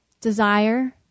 desire